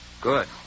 Good